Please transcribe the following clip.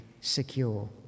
secure